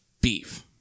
beef